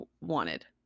wanted